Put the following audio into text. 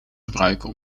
gebruiken